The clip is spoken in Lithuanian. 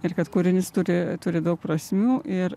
ir kad kūrinys turi turi daug prasmių ir